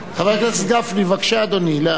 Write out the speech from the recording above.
חבר הכנסת גפני, בבקשה, אדוני.